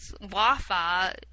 Wi-Fi